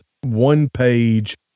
one-page